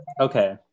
okay